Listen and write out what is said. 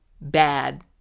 bad